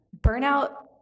burnout